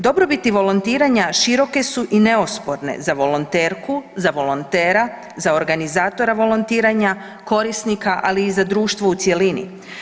Dobrobiti volontiranja široke su i neosporne za volonterku, za volontera, za organizatora volontiranja, korisnika, ali i za društvo u cjelini.